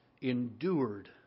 endured